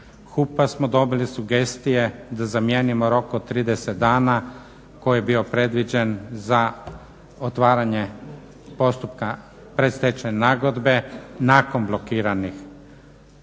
HUP-a smo dobili sugestije da zamijenimo rok od 30 dana koji je bio predviđen za otvaranje postupka pred stečaj nagodbe nakon blokiranih